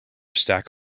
stack